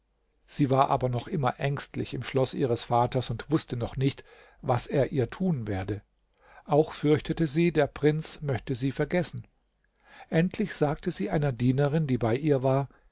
sie war aber noch immer ängstlich im schloß ihres vaters und wußte noch nicht was er ihr tun werde auch fürchtete sie der prinz möchte sie vergessen endlich sagte sie einer dienerin die bei ihr war